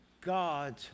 God